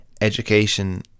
education